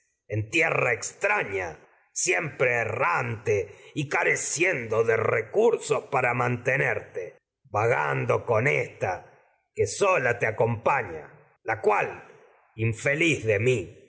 desdichado tierra extraña siempre errante nerte vagando infeliz había y careciendo de recursos para mante con ésta que sola te acompaña la cual creído que en de de